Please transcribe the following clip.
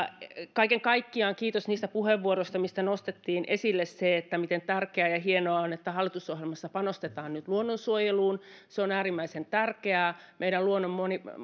kaiken kaikkiaan kiitos niistä puheenvuoroista joissa nostettiin esille se miten tärkeää ja hienoa on että hallitusohjelmassa panostetaan nyt luonnonsuojeluun se on äärimmäisen tärkeää meidän luontomme